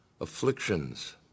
afflictions